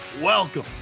welcome